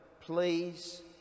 Please